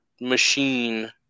machine